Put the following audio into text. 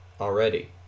already